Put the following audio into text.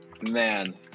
Man